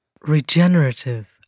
regenerative